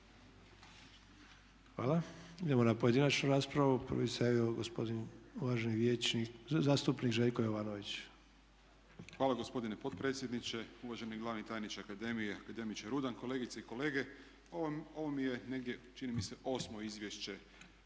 Hvala. Idemo na pojedinačnu raspravu. Prvi se javio gospodin, uvaženi zastupnik Željko Jovanović. **Jovanović, Željko (SDP)** Hvala gospodine potpredsjedniče, uvaženi glavni tajniče akademije akademiče Rudan, kolegice i kolege. Ovo mi je negdje čini mi se osmo izvješće